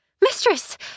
Mistress